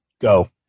go